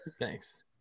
Thanks